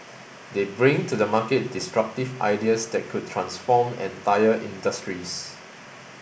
they bring to the market disruptive ideas that could transform entire industries